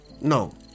No